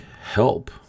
help